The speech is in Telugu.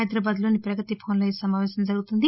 హైదరాబాద్ లోని ప్రగతి భవన్ లో ఈ సమాపేశం జరగనుంది